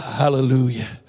hallelujah